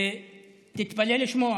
תתפלא לשמוע,